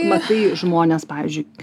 matai žmones pavyzdžiui